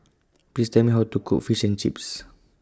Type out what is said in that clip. Please Tell Me How to Cook Fish and Chips